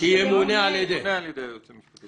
"שימונה על ידי היועץ המשפטי".